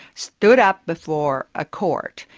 stood up before a court,